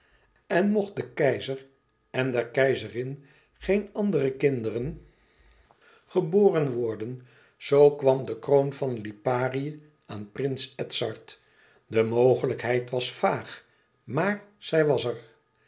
en mocht den keizer en der keizerin geen andere kinderen geboren worden zoo kwam de kroon van liparië aan prins edzard de mogelijkheid was vaag maar zij was er